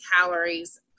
calories